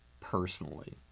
personally